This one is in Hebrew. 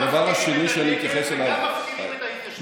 אתם גם מפקירים את הנגב וגם מפקירים את ההתיישבות.